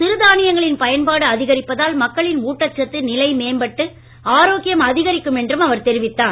சிறு தானியங்களின் பயன்பாடு அதிகரிப்பதால் மக்களின் ஊட்டச்சத்து நிலை மேம்பட்டு ஆரோக்கியம் அதிகரிக்கும் என்றும் அவர் தெரிவித்தார்